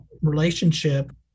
relationship